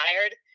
tired